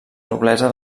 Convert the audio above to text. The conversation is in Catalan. noblesa